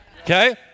okay